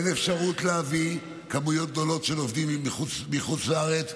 אין אפשרות להביא כמויות גדולות של עובדים מחוץ לארץ,